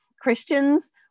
Christians